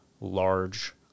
large